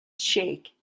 shake